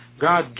God